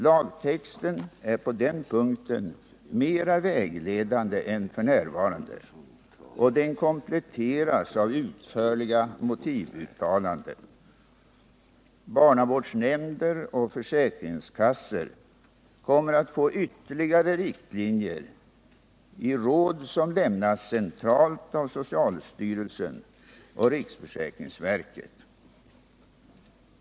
Lagtexten är på den punkten mera vägledande än f. n., och den kompletteras av utförliga motivuttalanden. Barnavårdsnämnder och försäkringskassor kommer att få ytterligare riktlinjer i råd som lämnas centralt av socialstyrelsen och riksförsäkringsverket.